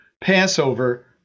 Passover